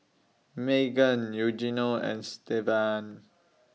Maegan Eugenio and Stevan